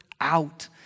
out